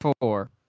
four